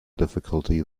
difficulty